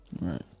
Right